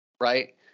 right